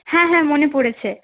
হ্যাঁ হ্যাঁ মনে পড়েছে